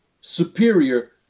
superior